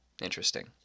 Interesting